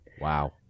Wow